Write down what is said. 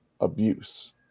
abuse